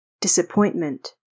Disappointment